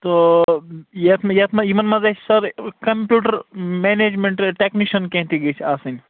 سو یَتھ منٛز یَتھ منٛز یِمن منٛز اَسہِ سر کمپوٹر منیجمیٚنٹ ٹیٚکنِشن کیٚنٛہہ تہِ گٔژھ آسٕنۍ